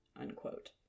Unquote